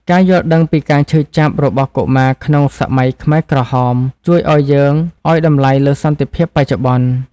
ការយល់ដឹងពីការឈឺចាប់របស់កុមារក្នុងសម័យខ្មែរក្រហម ជួយឱ្យយើងឱ្យតម្លៃលើសន្តិភាពបច្ចុប្បន្ន។